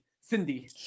Cindy